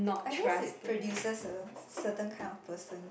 I guess it produces a certain kind of person